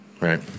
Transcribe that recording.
Right